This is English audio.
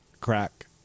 Crack